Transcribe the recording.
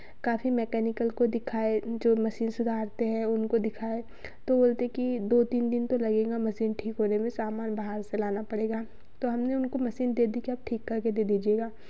काफ़ी मैकेनिकल को दिखाएँ जो मशीन सुधारते हैं उनको दिखाएँ तो बोलते हैं कि दो तीन दिन तो लगेगा मशीन ठीक होने में सामान बाहर से लाना पड़ेगा तो हमने उनको मशीन दे दी आप ठीक करके दे दीजिएगा